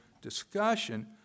discussion